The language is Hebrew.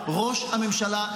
ראש הממשלה,